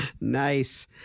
Nice